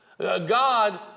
God